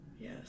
Yes